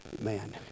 man